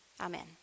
Amen